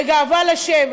וגאווה לשבת.